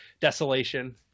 desolation